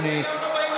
איפה כל הנורבגים?